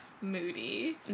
Moody